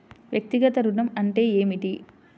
వ్యక్తిగత ఋణం అంటే ఏమిటి?